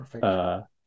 Perfect